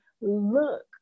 look